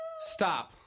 Stop